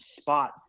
spot